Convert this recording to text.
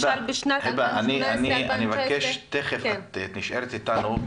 היבה, את נשארת איתנו.